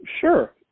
Sure